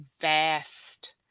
vast